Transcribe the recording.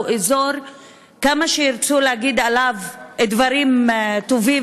כמה שיגידו עליו דברים טובים,